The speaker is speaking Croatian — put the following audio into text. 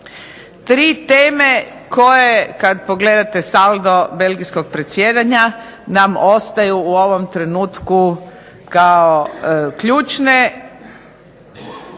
Tri teme koje kad pogledate saldo belgijskog predsjedanja nam ostaju u ovom trenutku kao ključne.